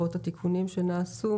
התיקונים שנעשו.